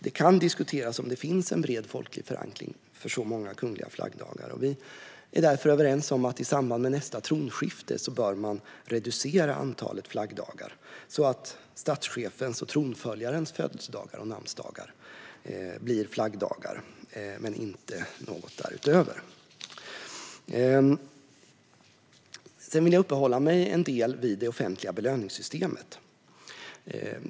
Det kan diskuteras om det finns en bred folklig förankring för så många kungliga flaggdagar, och vi är därför överens om att man i samband med nästa tronskifte bör reducera antalet flaggdagar så att endast statschefens och tronföljarens födelsedagar och namnsdagar blir flaggdagar. Jag vill även uppehålla mig en del vid det offentliga belöningssystemet.